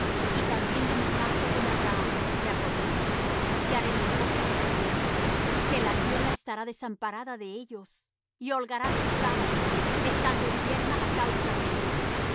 y también de mi pacto con abraham me acordaré y haré memoria de la tierra que la tierra estará desamparada de ellos y holgará sus sábados estando yerma á causa de ellos